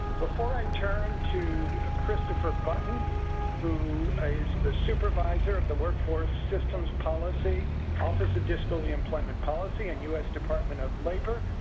before i turn to christopher button who is the supervisor of the workforce systems policy office of disability employment policy and u s. department of labor,